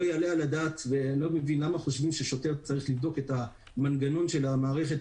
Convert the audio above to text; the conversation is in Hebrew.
אני לא מבין למה חושבים ששוטר צריך לבדוק את מנגנון המערכת,